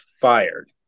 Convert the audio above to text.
fired